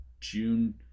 June